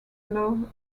love